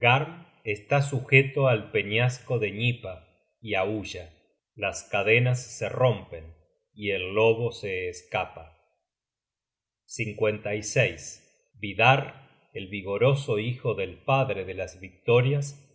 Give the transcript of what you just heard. está sujeto al peñasco de gnipa y aulla las cadenas se rompen y el lobo se escapa vidarr el vigoroso hijo del padre de las victorias